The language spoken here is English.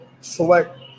select